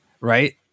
right